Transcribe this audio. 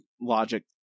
logic